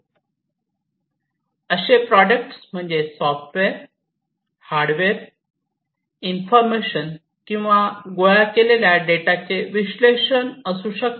असे प्रॉडक्ट म्हणजे software hardware information किंवा गोळा केलेल्या डेटाचे विश्लेषण असू शकते